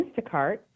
Instacart